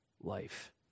life